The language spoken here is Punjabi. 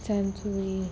ਸੈਨਸੁਈ